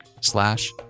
slash